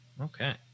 Okay